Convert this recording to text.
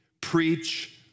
preach